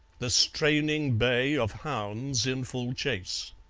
the straining bay of hounds in full chase.